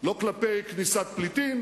לא כלפי כניסת פליטים